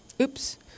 Oops